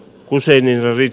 kun seinien ravit